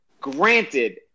granted